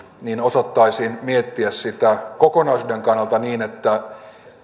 niin osattaisiin miettiä sitä kokonaisuuden kannalta niin että